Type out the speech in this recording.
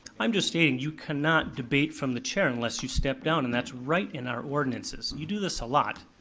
i'm just stating, you cannot debate from the chair unless you step down and that's right in our ordinances. you do this a lot.